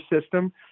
system